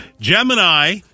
Gemini